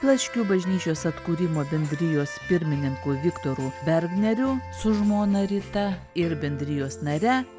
plaškių bažnyčios atkūrimo bendrijos pirmininku viktoru bergneriu su žmona rita ir bendrijos nare